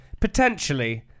Potentially